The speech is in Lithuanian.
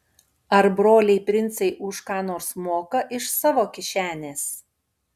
ar broliai princai už ką nors moka iš savo kišenės